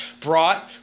brought